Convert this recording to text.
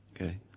Okay